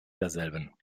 derselben